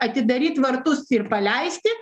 atidaryt vartus ir paleisti